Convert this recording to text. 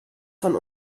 von